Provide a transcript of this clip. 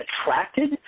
attracted